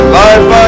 life